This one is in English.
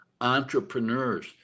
entrepreneurs